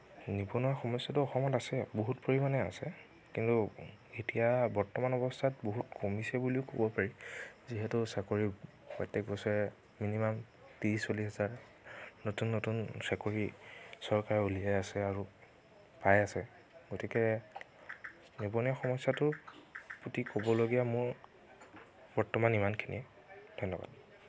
নিবনুৱা সমস্য়াটো অসমত আছে বহুত পৰিমাণে আছে কিন্তু এতিয়া বৰ্তমান অৱস্থাত বহুত কমিছে বুলিও ক'ব পাৰি যিহেতু চাকৰি প্ৰত্যেক বছৰে মিনিমাম ত্ৰিশ চল্লিশ হাজাৰ নতুন নতুন চাকৰি চৰকাৰে উলিয়াই আছে আৰু পাই আছে গতিকে নিবনুৱা সমস্যাটোৰ প্ৰতি ক'বলগীয়া মোৰ বৰ্তমান ইমানখিনিয়েই ধন্যবাদ